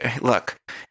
Look